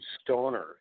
Stoner